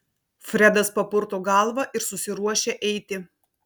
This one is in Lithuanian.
fredas papurto galvą ir susiruošia eiti